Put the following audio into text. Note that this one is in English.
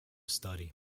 study